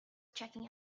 checking